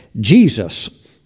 Jesus